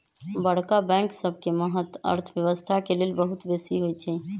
बड़का बैंक सबके महत्त अर्थव्यवस्था के लेल बहुत बेशी होइ छइ